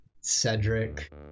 Cedric